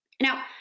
Now